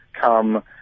come